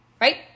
right